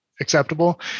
acceptable